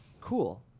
Cool